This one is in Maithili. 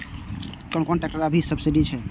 कोन कोन ट्रेक्टर अभी सब्सीडी छै?